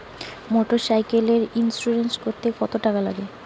মোটরসাইকেলের ইন্সুরেন্স করতে কত টাকা লাগে?